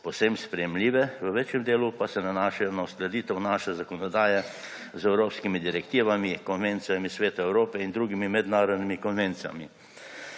povsem sprejemljive, v večjem delu pa se nanašajo na uskladitev naše zakonodaje z evropskimi direktivami, konvencijami Sveta Evrope in drugimi mednarodnimi konvencijami.